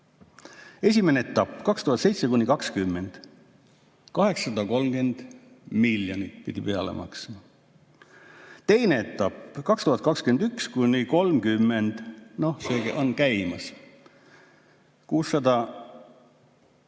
Esimene etapp 2007–2020: 830 miljonit pidi peale maksma. Teine etapp 2021–2030, see on käimas: 650